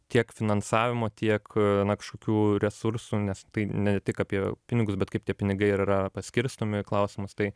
tiek finansavimo tiek na kažkokių resursų nes tai ne tik apie pinigus bet kaip tie pinigai yra paskirstomi klausimas tai